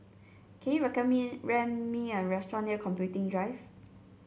can you me rent me a restaurant near Computing Drive